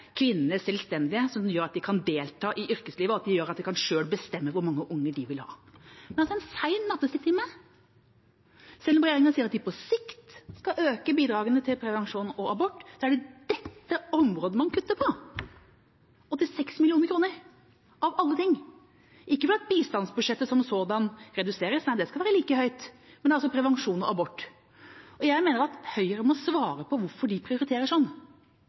kvinnene selvstendige, som gjør at de kan delta i yrkeslivet, og at de selv kan bestemme hvor mange unger de vil ha. Men i en sen nattetime, selv om regjeringa sier at den på sikt skal øke bidragene til prevensjon og abort, er det dette området man kutter på – 86 mill. kr – av alle ting. Ikke fordi bistandsbudsjettet som sådant reduseres – nei, det skal være like høyt, men det er altså bidragene til prevensjon og abort. Jeg mener at Høyre må svare på hvorfor de prioriterer